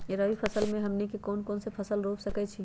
रबी फसल में हमनी के कौन कौन से फसल रूप सकैछि?